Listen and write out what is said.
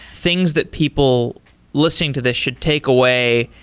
things that people listening to this should take away.